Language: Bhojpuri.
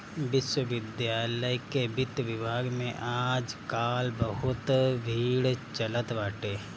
विश्वविद्यालय के वित्त विभाग में आज काल बहुते भीड़ चलत बाटे